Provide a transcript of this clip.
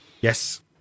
Yes